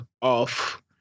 off